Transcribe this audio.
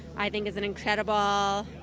i think is an incredible,